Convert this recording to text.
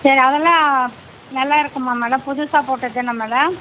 சரி அதெல்லாம் நல்லா இருக்குமா மேடம் புதுசாக போட்டது தானே மேடம்